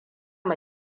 mu